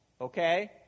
okay